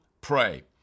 pray